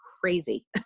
crazy